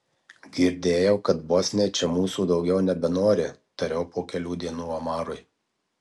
girdėjau kad bosniai čia mūsų daugiau nebenori tariau po kelių dienų omarui